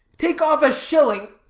take off a shilling